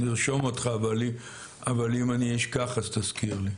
נרשום אותך, אבל אם אני אשכח, אז תזכיר לי.